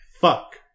fuck